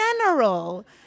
general